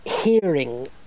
hearing